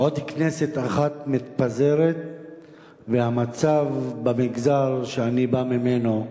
עוד כנסת אחת מתפזרת והמצב במגזר שאני בא ממנו,